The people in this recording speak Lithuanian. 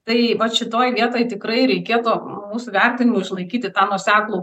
tai vat šitoj vietoj tikrai reikėtų mūsų vertinimu išlaikyti tą nuoseklų